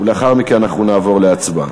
לאחר מכן אנחנו נעבור להצבעה.